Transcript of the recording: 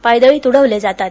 पायदळी तुडवले जातात